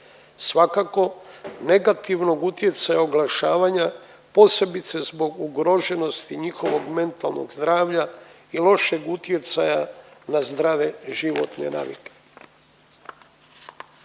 Svakako negativnog utjecaja oglašavanja posebice zbog ugroženosti njihovog mentalnog zdravlja i lošeg utjecaja na zdrave životne navike.